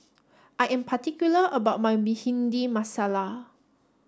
I am particular about my Bhindi Masala